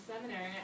seminary